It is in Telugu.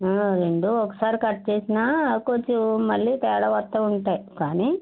రెండూ ఒకసారి కట్ చేసినా కొంచెం మళ్ళీ తేడా వస్తూ ఉంటాయి కానీ